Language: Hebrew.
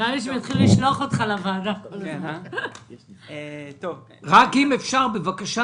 אם אפשר בבקשה,